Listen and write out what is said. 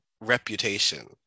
reputation